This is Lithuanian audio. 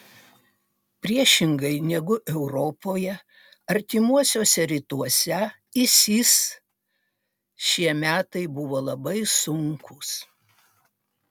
priešingai negu europoje artimuosiuose rytuose isis šie metai buvo labai sunkūs